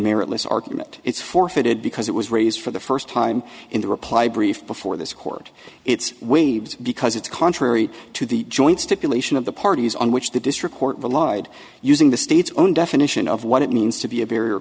meritless argument is forfeited because it was raised for the first time in the reply brief before this court it's waves because it's contrary to the joint stipulation of the parties on which the district court relied using the state's own definition of what it means to be a